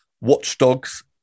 Watchdogs